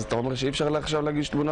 אתן שותפות לעשייה.